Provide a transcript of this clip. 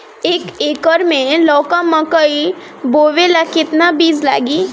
एक एकर मे लौका मकई बोवे ला कितना बिज लागी?